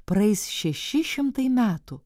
praeis šeši šimtai metų